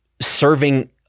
serving